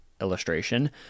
illustration